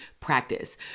practice